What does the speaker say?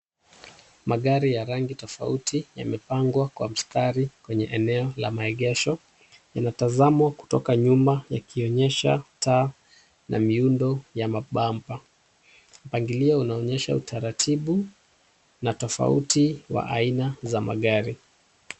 Magari ya rangi tofauti yamepangwa kwa mstari kwa maeneo ya maegesho, lina tazamo kutoka nyuma yakionyesha taa na miundo ya mabamba. Mpangilio unaonyesha utaratibu na tofauti wa aina za magari.